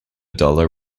dollar